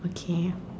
okay